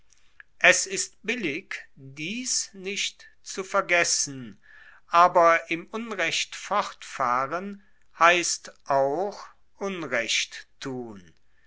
es ist billig dies nicht zu vergessen aber im unrecht fortfahren heisst auch unrecht tun